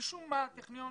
משום מה הטכניון